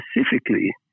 specifically